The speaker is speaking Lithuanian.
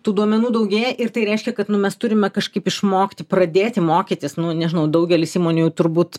tų duomenų daugėja ir tai reiškia kad nu mes turime kažkaip išmokti pradėti mokytis nu nežinau daugelis įmonių jau turbūt